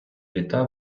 літа